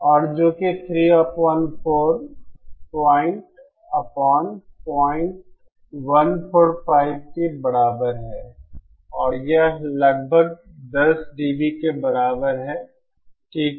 और जो कि 3 अपन 4 पॉइंट अपन पॉइंट 145 के बराबर है और यह लगभग 10 dB के बराबर है ठीक है